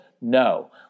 No